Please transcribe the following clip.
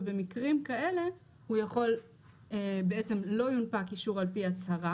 ובמקרים כאלה לא יונפק אישור על-פי הצהרה